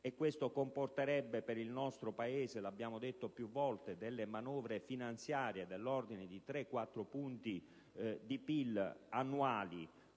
questo comporterebbe per il nostro Paese - lo abbiamo detto più volte - manovre finanziarie dell'ordine di 3 o 4 punti di PIL annuali,